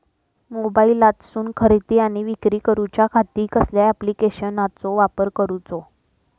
मोबाईलातसून खरेदी आणि विक्री करूच्या खाती कसल्या ॲप्लिकेशनाचो वापर करूचो?